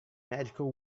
magical